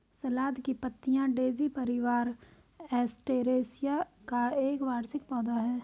सलाद की पत्तियाँ डेज़ी परिवार, एस्टेरेसिया का एक वार्षिक पौधा है